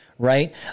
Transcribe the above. Right